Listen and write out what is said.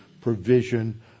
provision